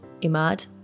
Imad